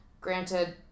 granted